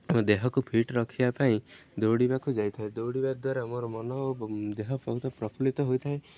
ମୋ ଦେହକୁ ଫିଟ୍ ରଖିବା ପାଇଁ ଦୌଡ଼ିବାକୁ ଯାଇଥାଏ ଦୌଡ଼ିବା ଦ୍ୱାରା ମୋର ମନ ଏବଂ ଦେହ ବହୁତ ପ୍ରଫୁଲ୍ଲିତ ହୋଇଥାଏ